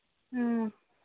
ꯎꯝ